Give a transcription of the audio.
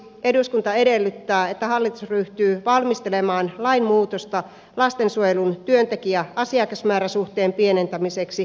eduskunta edellyttää että hallitus ryhtyy valmistelemaan lain muutosta lastensuojelun asiakasmäärä suhteen pienentämiseksi